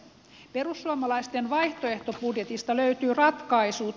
perussuomalaisten vaihtoehtobudjetista löytyy ratkaisut